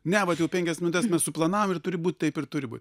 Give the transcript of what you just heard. ne vat jau penkias minutes mes suplanavom ir turi būt taip ir turi būt